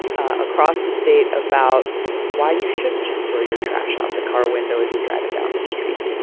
ah across the state about why you shouldn't just throw your trash out the car window as you're driving down the street.